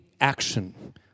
action